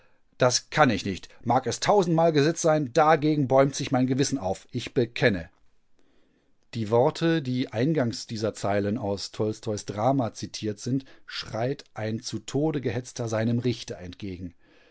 das kann ich nicht mag es tausendmal gesetz sein dagegen bäumt sich mein gewissen auf ich bekenne die worte die eingangs dieser zeilen aus tolstois drama zitiert sind schreit ein zu tode gehetzter seinem richter entgegen